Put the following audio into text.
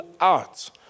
out